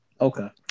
Okay